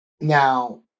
Now